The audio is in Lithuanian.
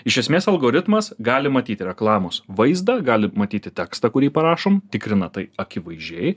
iš esmės algoritmas gali matyti reklamos vaizdą gali matyti tekstą kurį parašom tikrina tai akivaizdžiai